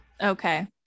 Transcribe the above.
okay